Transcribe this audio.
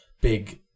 big